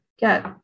get